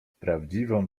prawdziwą